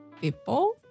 people